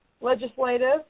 legislative